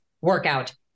workout